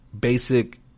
basic